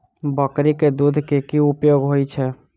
बकरी केँ दुध केँ की उपयोग होइ छै?